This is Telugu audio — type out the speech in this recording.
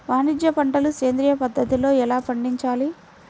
వాణిజ్య పంటలు సేంద్రియ పద్ధతిలో ఎలా పండించాలి?